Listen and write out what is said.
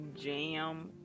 jam